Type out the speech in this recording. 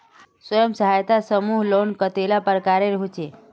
स्वयं सहायता समूह लोन कतेला प्रकारेर होचे?